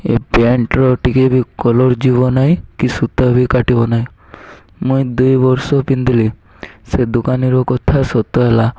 ଏ ପ୍ୟାଣ୍ଟର ଟିକେ ବି କଲର୍ ଯିବ ନାହିଁ କି ସୂତା ବି କାଟିବ ନାହିଁ ମୁଇଁ ଦୁଇ ବର୍ଷ ପିନ୍ଧିଲି ସେ ଦୋକାନୀର କଥା ସତ ହେଲା